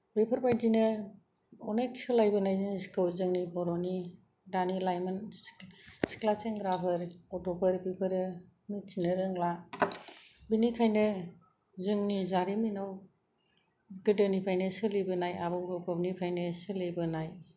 बेफोरबायदिनो अनेक सोलायबोनाय जिनिसखौ जोंनि बर'नि दानि लाइमोन सिख्ला सेंग्राफोर गथ'फोर बिसोरो मिथिनो रोंला बिनिखायनो जोंनि जारिमिनाव गोदोनिफ्रायनो सोलिबोनाय आबौ आबैनिफ्रायनो सोलिबोनाय